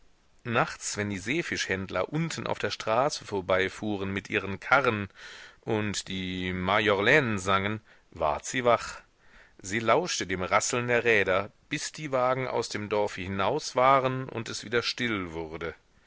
nachts wenn die seefischhändler unten auf der straße vorbeifuhren mit ihren karren und die majorlaine sangen ward sie wach sie lauschte dem rasseln der räder bis die wagen aus dem dorfe hinaus waren und es wieder still wurde